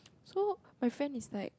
so my friend is like